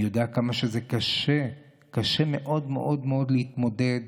אני יודע כמה זה קשה, קשה מאוד מאוד מאוד, להתמודד